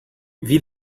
wie